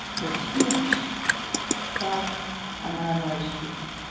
the tears fell on our lord's feet